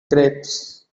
grapes